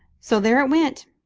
so there it went,